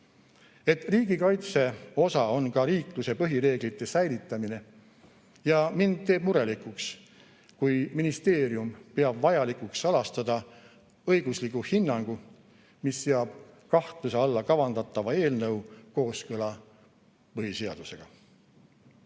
riigikaitse osa on ka riikluse põhireeglite säilitamine. Ja mind teeb murelikuks, kui ministeerium peab vajalikuks salastada õigusliku hinnangu, mis seab kahtluse alla kavandatava eelnõu kooskõla põhiseadusega. Ma